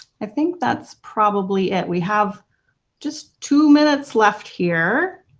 i think that's probably it. we have just two minutes left here?